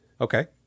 Okay